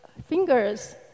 Fingers